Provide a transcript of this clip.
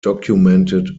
documented